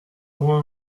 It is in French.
aurons